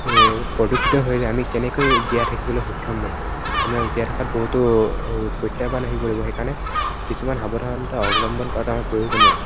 প্ৰদূষিত হৈ যায় আমি কেনেকৈ জীয়াই থাকিবলৈ সক্ষম হ'ম আমি জীয়াই থকাত বহুতো প্ৰত্যাহ্বান আহি পৰিব সেইকাৰণে কিছুমান সাৱধানতা অৱলম্বন কৰাটো আমাৰ প্ৰয়োজনীয়